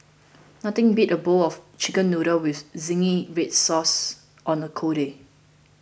nothing beats a bowl of Chicken Noodles with Zingy Red Sauce on a cold day